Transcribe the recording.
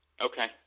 Okay